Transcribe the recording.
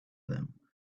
them